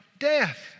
death